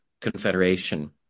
Confederation